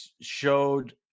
showed